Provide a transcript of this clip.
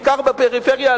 בעיקר בפריפריה,